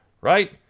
right